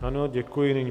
Ano, děkuji.